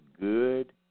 good